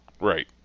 Right